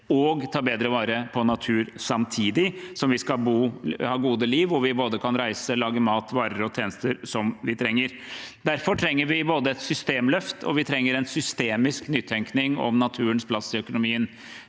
og ta bedre vare på natur samtidig som vi skal ha et godt liv hvor vi kan både reise, lage mat og få varer og tjenester som vi trenger. Derfor trenger vi et systemløft, og vi trenger en systemisk nytenkning om naturens plass i økonomien.